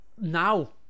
now